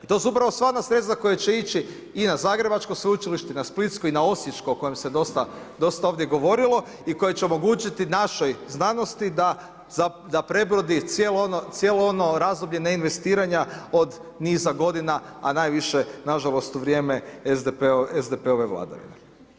I to su upravo sva ona sredstva koja će ići i na Zagrebačko Sveučilište, i na Splitsko i na Osječko, o kojem se dosta ovdje govorilo i koje će omogućiti našoj znanosti da prebrodi cijelo ono razdoblje ne investiranja od niza godina, a najviše, nažalost, u vrijeme SDP-ove vladavine.